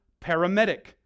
paramedic